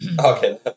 Okay